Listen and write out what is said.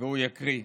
והוא יקריא.